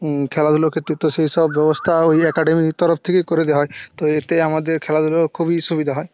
খেলাধুলোর ক্ষেত্রে তো সেসব ব্যবস্থা ওই অ্যাকাডেমির তরফ থেকেই করে দেওয়া হয় তো এতে আমাদের খেলাধুলার খুবই সুবিধা হয়